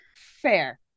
Fair